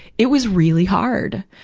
it was really hard.